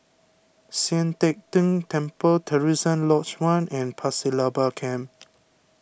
Sian Teck Tng Temple Terusan Lodge one and Pasir Laba Camp